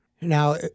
Now